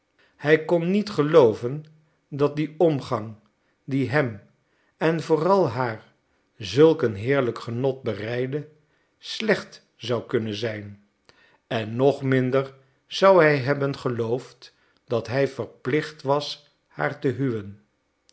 hij kon niet gelooven dat die omgang die hem en vooral haar zulk een heerlijk genot bereidde slecht zou kunnen zijn en nog minder zou hij hebben geloofd dat hij verplicht was haar te huwen